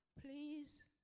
Please